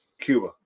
Cuba